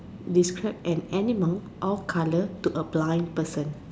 describe an animal or colour to a blind person